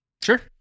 Sure